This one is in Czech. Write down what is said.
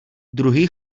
druhý